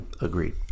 agreed